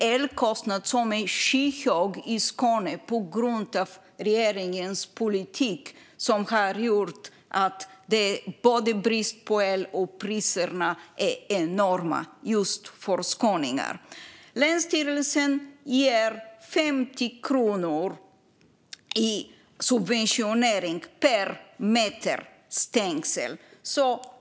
Elkostnaden är skyhög i Skåne på grund av regeringens politik, som har gjort att det är både elbrist och enorma priser just för skåningar. Länsstyrelsen ger 50 kronor i subvention per meter stängsel.